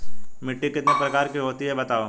मिट्टी कितने प्रकार की होती हैं बताओ?